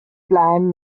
plan